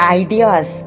ideas